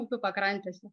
upių pakrantėse